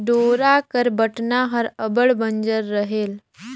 डोरा कर बटना हर अब्बड़ बंजर रहेल